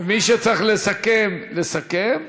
מי שצריך לסכם, יסכם,